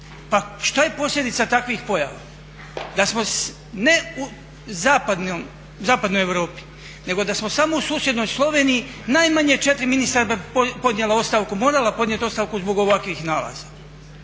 Pa što je posljedica takvih pojava? Da smo ne u zapadnoj Europi nego da smo samo u susjednoj Sloveniji najmanje 4 ministra bi podnijela ostavku, morala podnijeti ostavku zbog ovakvih nalaza.